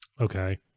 Okay